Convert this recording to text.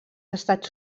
estats